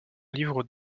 livre